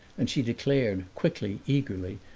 and she declared quickly, eagerly,